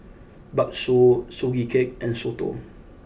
Bakso Sugee Cake and Soto